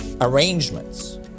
arrangements